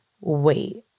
wait